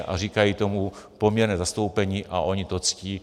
A říkají tomu poměrné zastoupení a oni to ctí.